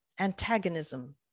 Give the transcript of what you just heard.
antagonism